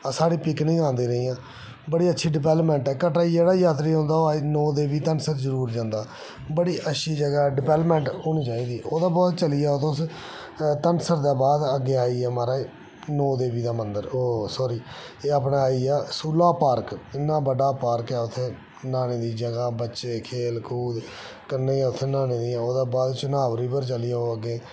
साढ़ी पिकनिक औंदी रेहियां बड़ी अच्छी डिबैल्पमेंट ऐ कटड़े जेह्ड़ा औंदा नौ देवियां ते धनसर जरुर जंदा बड़ी अच्छी जगह ऐ डिबैल्पमेंट होनी चाहिदी ओह्दे बाद चली जाओ धनसर दे अग्गे सूला पार्क इन्ना बड्डा पार्क नहाने दी जगह बच्चे खेल कूद ओह्दे बाद चिनाब रिवर चली जाओ अग्गे